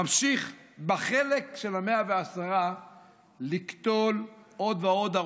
ממשיך בחלק של ה-110 קילומטר לקטול עוד ועוד,